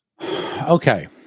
Okay